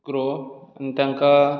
grow आनी तांकां